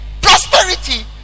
prosperity